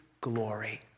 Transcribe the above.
glory